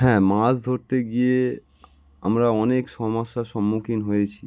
হ্যাঁ মাছ ধরতে গিয়ে আমরা অনেক সমস্যার সম্মুখীন হয়েছি